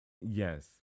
Yes